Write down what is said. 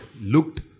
looked